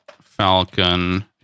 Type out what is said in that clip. Falcon